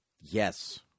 Yes